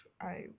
I-